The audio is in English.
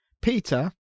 Peter